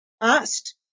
asked